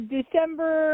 December